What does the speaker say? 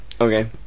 Okay